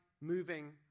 moving